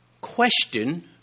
question